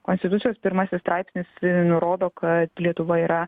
konstitucijos pirmasis straipsnis nurodo kad lietuva yra